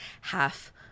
half